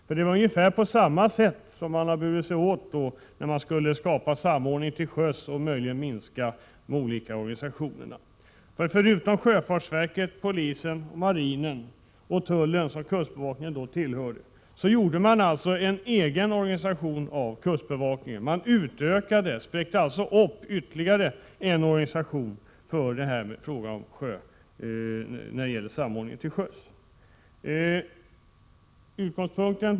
Man har nämligen burit sig åt på ungefär samma sätt när man skulle skapa samordning till sjöss och möjligen minska de olika organisationerna. Förutom sjöfartsverket, polisen, marinen och tullen, som kustbevakningen tillhör, gjorde man en egen organisation av kustbevakningen. Man utökade alltså och spräckte ytterligare upp en organisation för samordningen till sjöss.